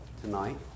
tonight